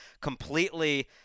completely